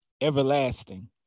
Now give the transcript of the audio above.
everlasting